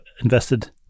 invested